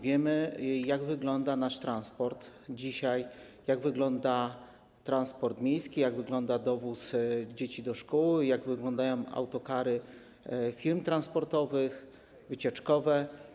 Wiemy, jak wygląda nasz transport dzisiaj, jak wygląda transport miejski, dowóz dzieci do szkół, jak wyglądają autokary firm transportowych, wycieczkowe.